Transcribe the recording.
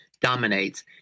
dominates